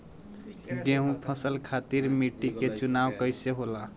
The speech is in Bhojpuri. गेंहू फसल खातिर मिट्टी के चुनाव कईसे होला?